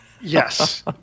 Yes